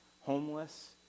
homeless